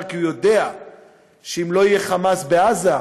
כי הוא יודע שאם לא יהיה "חמאס" בעזה,